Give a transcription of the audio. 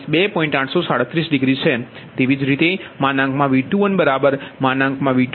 3130 ∆30 જે 0 2